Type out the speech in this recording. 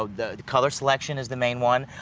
ah the color selection is the main one,